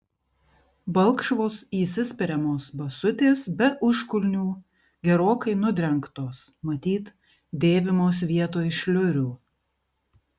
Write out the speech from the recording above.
balkšvos įsispiriamos basutės be užkulnių gerokai nudrengtos matyt dėvimos vietoj šliurių